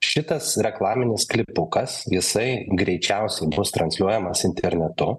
šitas reklaminis klipukas jisai greičiausiai bus transliuojamas internetu